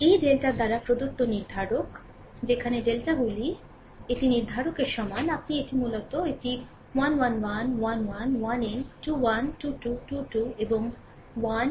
এই ডেল্টার দ্বারা প্রদত্ত নির্ধারক যেখানে ডেল্টাগুলি এটি নির্ধারকের সমান আপনি এটি মূলত এটি 1 1 1 1 1 1n 21 2 2 2 2 এবং 1 an 2 ann